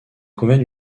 convient